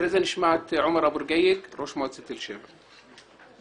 אחריו ראש מועצת תל שבע.